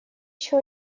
еще